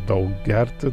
daug gerti